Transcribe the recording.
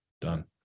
Done